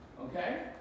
Okay